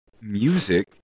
music